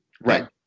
Right